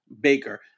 Baker